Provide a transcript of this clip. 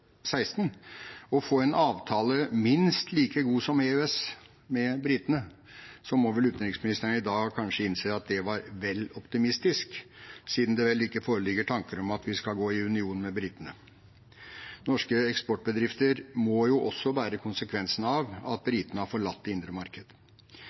å få en avtale minst like god som EØS med britene, må vel utenriksministeren i dag kanskje innse at det var vel optimistisk, siden det vel ikke foreligger tanker om at vi skal gå i union med britene. Norske eksportbedrifter må også bære konsekvensene av at